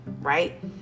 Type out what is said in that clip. Right